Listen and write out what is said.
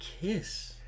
kiss